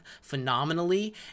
phenomenally